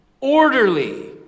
orderly